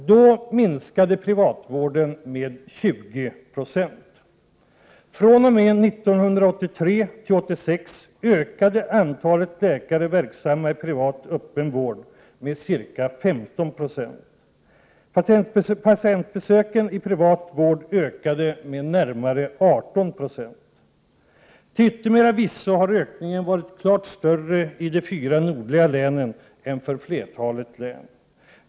Då minskade privatvården med ca 20 96. Från 1983 till 1986 ökade antalet läkare verksamma i privat öppenvård med ca 15 96. Patientbesöken i privat vård ökade med närmare 18 96. Till yttermera visso har ökningen varit klart större i de fyra nordligaste länen än för flertalet län.